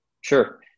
Sure